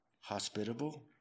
hospitable